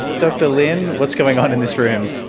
dr lin, what's going on in this room?